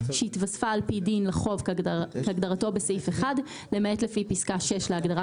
שהתווספה על פי דין לחוק כהגדרתו בסעיף 1 למעט לפי פסקה (6) להגדרת